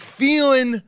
feeling